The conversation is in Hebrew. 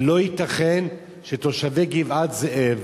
לא ייתכן שתושבי גבעת-זאב,